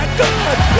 good